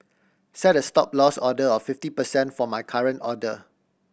set a Stop Loss order of fifty percent for my current order